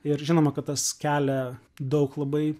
ir žinoma kad tas kelia daug labai